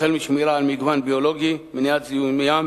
משמירה על מגוון ביולוגי ומניעת זיהום ים